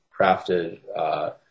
crafted